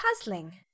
puzzling